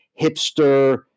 hipster